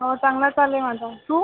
हो चांगलं चाललं आहे माझं तू